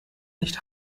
nicht